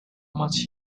much